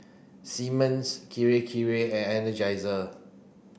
Simmons Kirei Kirei and Energizer